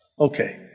Okay